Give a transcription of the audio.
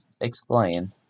explain